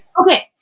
Okay